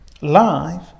live